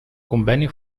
conveni